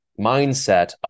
mindset